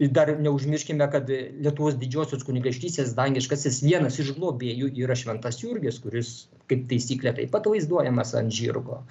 dar neužmirškime kad lietuvos didžiosios kunigaikštystės dangiškasis vienas iš globėjų yra šventas jurgis kuris kaip taisyklė taip pat vaizduojamas ant žirgo